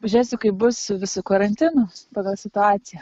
pažiūrėsiu kaip bus su visu karantinu pagal situaciją